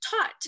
taught